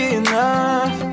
enough